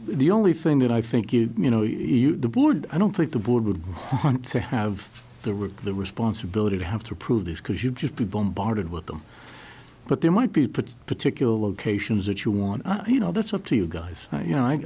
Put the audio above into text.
the only thing that i think you you know the board i don't think the board would want to have the ric the responsibility to have to prove this because you'd just be bombarded with them but there might be parts particular locations that you want you know that's up to you guys you know i